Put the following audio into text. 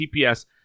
TPS